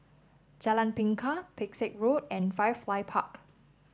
Jalan Bingka Pesek Road and Firefly Park